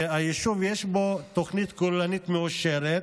וביישוב יש תוכנית כוללנית מאושרת.